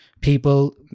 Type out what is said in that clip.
people